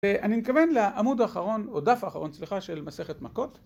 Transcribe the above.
ואני מכוון לעמוד האחרון, או דף האחרון, סליחה, של מסכת מכות.